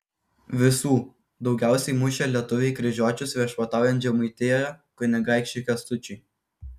visų daugiausiai mušė lietuviai kryžiuočius viešpataujant žemaitijoje kunigaikščiui kęstučiui